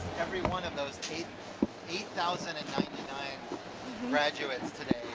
every one of those eight eight thousand and ninety nine graduates today